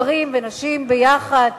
גברים ונשים ביחד.